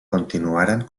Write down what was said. continuaren